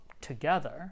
together